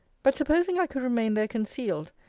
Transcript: but supposing i could remain there concealed,